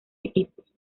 equipos